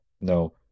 No